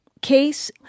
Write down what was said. case